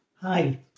Hi